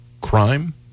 crime